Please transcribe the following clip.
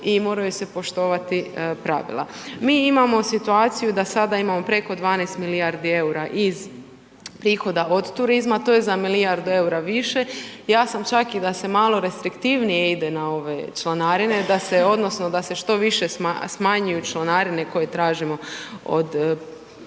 i moraju se poštovati pravila. Mi imamo situaciju da sada imamo preko 12 milijardi eura iz prihoda od turizma. To je za milijardu eura više. Ja sam čak i da se malo restriktivnije ide na ove članarine odnosno da se što više smanjuju članarine koje tražimo od